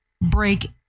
break